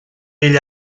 ell